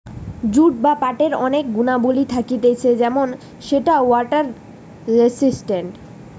jute বা পাটের অনেক গুণাবলী থাকতিছে যেমন সেটা ওয়াটার রেসিস্টেন্ট